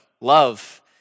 Love